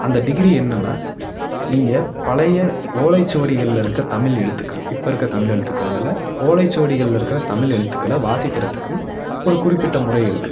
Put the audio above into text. அந்த டிகிரி என்னன்னால் நீங்கள் பழைய ஓலைச்சுவடிகளில் இருக்கற தமிழ் எழுத்துக்கள் இப்போ இருக்கற தமிழ் எழுத்துக்கள் இல்லை ஓலைச்சுவடிகளில் இருக்கிற தமிழ் எழுத்துக்களை வாசிக்கிறத்துக்கு ஒரு குறிப்பிட்ட முறை இருக்குது